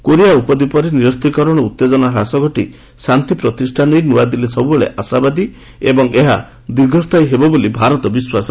Korea ଉପଦ୍ୱୀପରେ ନିରସ୍ତ୍ରୀକରଣ ଓ ଉତ୍ତେଜନା ହ୍ରାସ ଘଟି ଶାନ୍ତି ପ୍ରତିଷ୍ଠା ନେଇ ନୂଆଦିଲ୍ଲୀ ସବୁବେଳେ ଆଶାବାଦୀ ଏବଂ ଏହା ଦୀର୍ଘସ୍ଥାୟୀ ହେବ ବୋଲି ଭାରତ ବିଶ୍ୱାସ କରେ